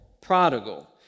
prodigal